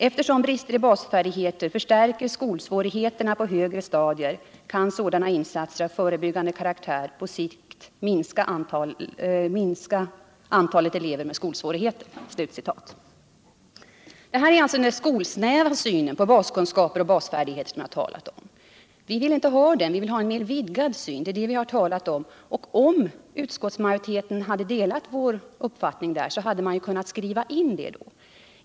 Eftersom brister i basfärdigheter förstärker skolsvårigheterna på högre stadier kan sådana insatser av förebyggande karaktär på sikt minska antalet elever med skolsvårigheter.” Detta är alltså den skolsnäva synen på baskunskaper och basfärdigheter som jag har talat om. Vi vill ha en mer vidgad syn. Om utskottsmajoriteten hade delat vår uppfattning, så hade man ju kunnat skriva in det.